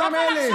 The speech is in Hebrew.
אותם אלה.